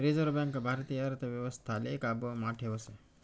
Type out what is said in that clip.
reserve bank भारतीय अर्थव्यवस्थाले काबू मा ठेवस